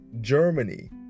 Germany